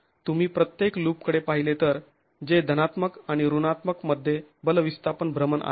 तुम्ही प्रत्येक लुप कडे पाहिले तर जे धनात्मक आणि ऋणात्मक मध्ये बल विस्थापन भ्रमण आहे